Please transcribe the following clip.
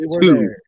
two